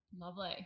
lovely